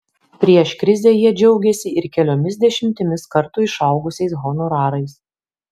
prieš krizę jie džiaugėsi ir keliomis dešimtimis kartų išaugusiais honorarais